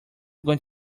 going